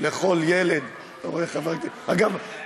אגב,